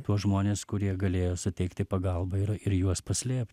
tuos žmones kurie galėjo suteikti pagalbą ir ir juos paslėpti